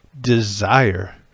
desire